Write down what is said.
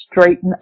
straighten